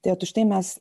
tai vat už tai mes